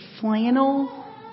flannel